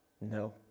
No